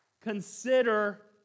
consider